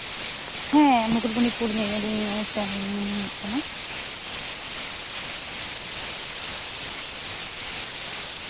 ᱦᱮᱸ ᱢᱩᱠᱩᱴᱢᱩᱱᱤᱯᱩᱨ ᱧᱮᱧᱮᱞᱤᱧ ᱥᱮᱱ ᱟᱠᱟᱱᱟ